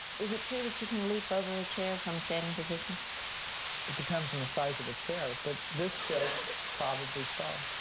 is it true that you can leap over a chair from standing position? it depends on the size of the chair, but this chair probably so.